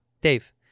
Dave